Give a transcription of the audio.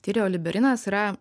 tyrioliberinas yra